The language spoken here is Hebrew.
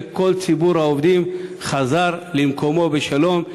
וכל ציבור העובדים חזר למקומו בשלום,